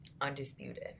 undisputed